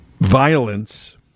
violence